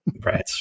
Right